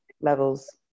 Levels